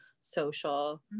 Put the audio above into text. social